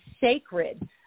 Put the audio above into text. sacred